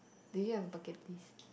do you have a bucket list